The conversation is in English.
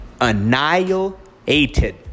annihilated